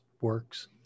works